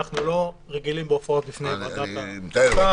אנחנו לא רגילים בהופעות בפני ועדת החוקה